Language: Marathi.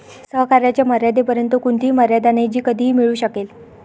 सहकार्याच्या मर्यादेपर्यंत कोणतीही मर्यादा नाही जी कधीही मिळू शकेल